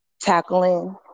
tackling